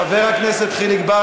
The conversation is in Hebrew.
חבר הכנסת חיליק בר,